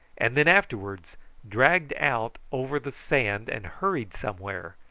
and then afterwards dragged out over the sand and hurried somewhere,